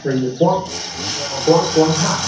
ہسا یہِ کۄنٛگ کۄنٛگ کۄنٛگ چھا